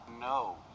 No